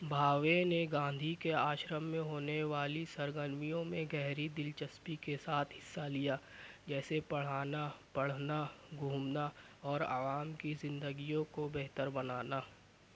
بھاوے نے گاندھی کے آشرم میں ہونے والی سرگرمیوں میں گہری دلچسپی کے ساتھ حصہ لیا جیسے پڑھانا پڑھنا گھومنا اور عوام کی زندگیوں کو بہتر بنانا